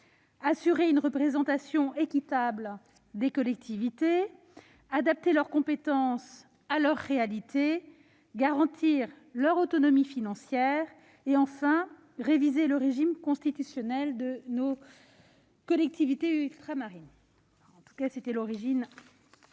assurer une représentation équitable des collectivités, adapter leurs compétences à leur réalité, garantir leur autonomie financière et, enfin, réviser le régime constitutionnel de nos collectivités ultramarines. Une représentation